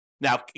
Now